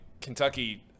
Kentucky